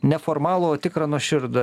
ne formalų o tikrą nuoširdų